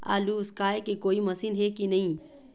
आलू उसकाय के कोई मशीन हे कि नी?